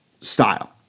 style